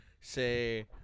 say